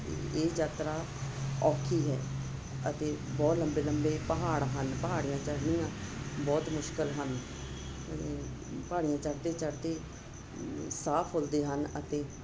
ਇਹ ਯਾਤਰਾ ਔਖੀ ਹੈ ਅਤੇ ਬਹੁਤ ਲੰਬੇ ਲੰਬੇ ਪਹਾੜ ਹਨ ਪਹਾੜੀਆਂ ਚੜ੍ਹਨੀਆਂ ਬਹੁਤ ਮੁਸ਼ਕਲ ਹਨ ਪਹਾੜੀਆਂ ਚੜ੍ਹਦੇ ਚੜ੍ਹਦੇ ਸਾਹ ਫੁੱਲਦੇ ਹਨ ਅਤੇ